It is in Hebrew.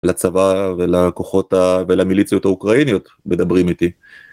לצבא ולכוחות ולמיליציות האוקראיניות מדברים איתי.